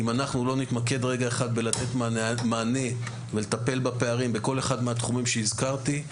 אם אנחנו לא נתמקד בנתינת מענה וטיפול בפערים בכל אחד מהתחומים שהזכרתי,